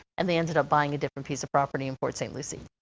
and they ended up buying a different piece of property in port st. lucie.